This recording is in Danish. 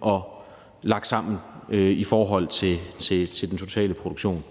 og lagt sammen i forhold til den totale produktion.